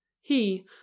He